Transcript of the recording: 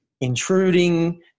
intruding